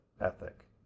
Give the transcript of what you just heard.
ethic